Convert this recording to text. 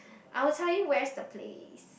I will tell you where's the place